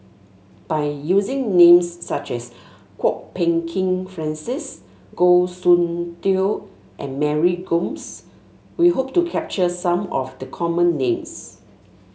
by using names such as Kwok Peng Kin Francis Goh Soon Tioe and Mary Gomes we hope to capture some of the common names